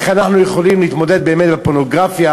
איך אנחנו יכולים להתמודד באמת עם פורנוגרפיה,